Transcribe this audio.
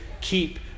keep